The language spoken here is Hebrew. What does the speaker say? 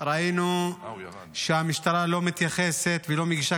ראינו שהמשטרה לא מתייחסת ולא מגישה